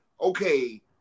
okay